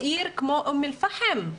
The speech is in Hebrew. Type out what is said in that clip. עיר כמו אום אל פאחם,